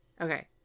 Okay